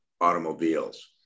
automobiles